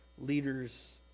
leaders